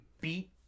beat